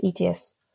ETS